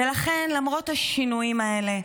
ולכן, למרות השינויים האלה,